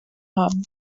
haben